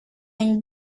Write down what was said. une